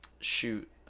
shoot